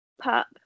pup